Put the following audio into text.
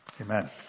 Amen